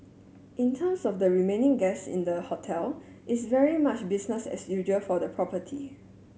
in terms of the remaining guests in the hotel it's very much business as usual for the property